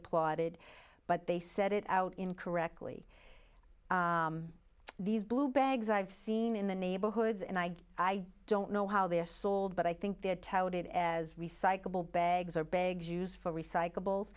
applauded but they said it out incorrectly these blue bags i've seen in the neighborhoods and i i don't know how they are sold but i think they're touted as recyclable bags or bags used for recyclables